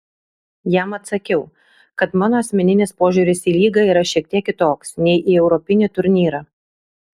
jam atsakiau kad mano asmeninis požiūris į lygą yra šiek tiek kitoks nei į europinį turnyrą